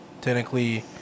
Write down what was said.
technically